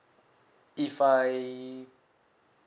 if I